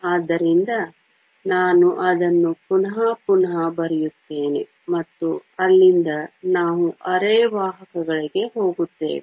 ಆದ್ದರಿಂದ ನಾನು ಅದನ್ನು ಪುನಃ ಪುನಃ ಬರೆಯುತ್ತೇನೆ ಮತ್ತು ಅಲ್ಲಿಂದ ನಾವು ಅರೆವಾಹಕಗಳಿಗೆ ಹೋಗುತ್ತೇವೆ